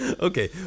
Okay